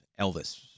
elvis